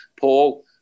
Paul